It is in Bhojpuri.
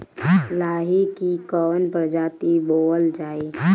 लाही की कवन प्रजाति बोअल जाई?